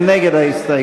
מי נגד ההסתייגות?